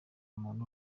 muntu